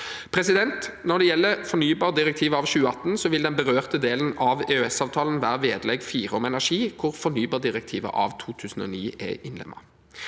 kraft. Når det gjelder fornybardirektivet av 2018, vil den berørte delen av EØS-avtalen være vedlegg 4, om energi, hvor fornybardirektivet av 2009 er innlemmet.